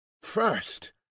first